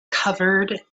covered